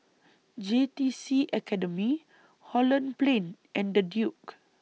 J T C Academy Holland Plain and The Duke